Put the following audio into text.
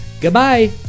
goodbye